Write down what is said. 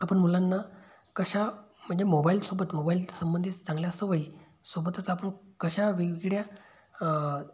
आपण मुलांना कशा म्हणजे मोबाईलसोबत मोबाईलच्या संबंधित चांगल्या सवयीसोबतच आपण कशा वेगवेगळ्या